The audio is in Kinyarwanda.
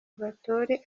batore